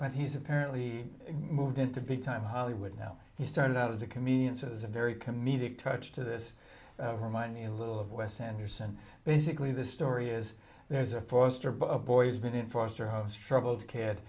but he's apparently moved into big time hollywood now he started out as a comedian so has a very comedic touch to this remind me a little of wes anderson basically the story is there's a forester but a boy he's been in foster homes troubled kid